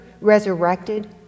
resurrected